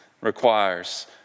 requires